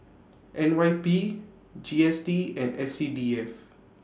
N Y P G S T and S C D F